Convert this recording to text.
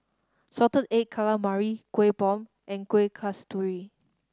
Salted Egg Calamari Kueh Bom and Kueh Kasturi